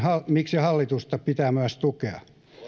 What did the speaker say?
miksi hallitusta pitää myös tukea